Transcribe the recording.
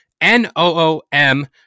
N-O-O-M